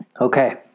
Okay